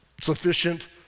sufficient